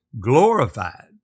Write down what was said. glorified